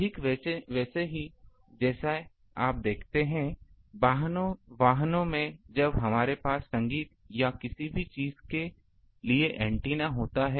ठीक वैसे ही जैसे आप देखते हैं वाहनों में या वाहनों में जब हमारे पास संगीत या किसी भी चीज के लिए एंटीना होता है